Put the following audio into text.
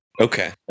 Okay